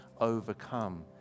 overcome